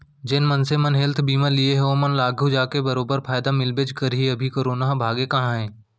जेन मनसे मन हेल्थ बीमा लिये हें ओमन ल आघु जाके बरोबर फायदा मिलबेच करही, अभी करोना ह भागे कहॉं हे?